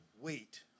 wait